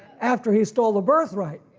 after he stole the birthright.